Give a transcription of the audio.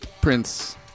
Prince